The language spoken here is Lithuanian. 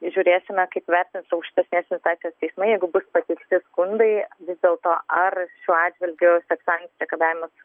žiūrėsime kaip vertins aukštesnės instancijos teismai jeigu bus pateikti skundai vis dėl to ar šiuo atžvilgiu seksualinis priekabiavimas